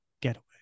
getaway